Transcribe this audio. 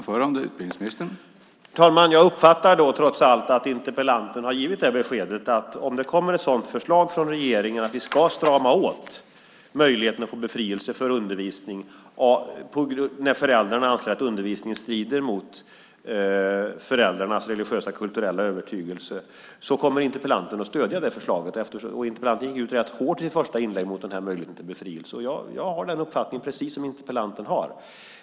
Herr talman! Jag uppfattar då, trots allt, att interpellanten har givit det beskedet att om det kommer ett sådant förslag från regeringen att vi ska strama åt möjligheten att få befrielse från undervisning när föräldrarna anser att undervisningen strider mot föräldrarnas religiösa och kulturella övertygelse kommer interpellanten att stödja det förslaget. Interpellanten gick i sitt första inlägg rätt hårt mot den möjligheten till befrielse, och jag har precis den uppfattning som interpellanten har.